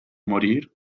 morir